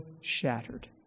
shattered